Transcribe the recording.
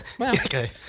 okay